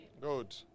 Good